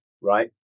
right